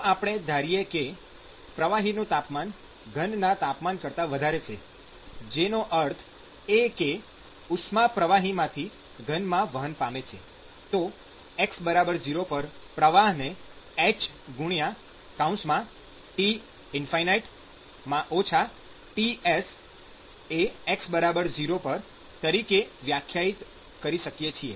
જો આપણે ધારીએ કે પ્રવાહીનું તાપમાન ઘનના તાપમાન કરતા વધારે છે જેનો અર્થ એ કે ઉષ્મા પ્રવાહીમાંથી ઘનમાં વહન પામે છે તો x 0 પર પ્રવાહને hT ͚ Tsx 0 તરીકે વ્યાખ્યાયિત કરી શકીએ છીએ